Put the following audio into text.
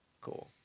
Cool